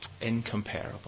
Incomparable